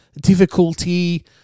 difficulty